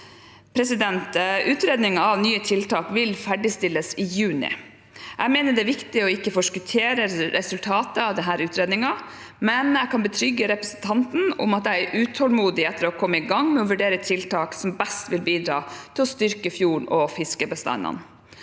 Utredningen av nye tiltak vil ferdigstilles i juni. Jeg mener det er viktig å ikke forskuttere resultatet av utredningen, men jeg kan betrygge representanten om at jeg er utålmodig etter å komme i gang med å vurdere tiltak som best vil bidra til å styrke fjorden og fiskebestandene.